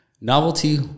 Novelty